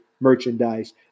merchandise